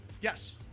Yes